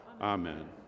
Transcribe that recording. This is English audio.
Amen